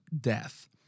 death